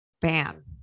Bam